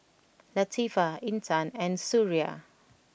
Latifa Intan and Suria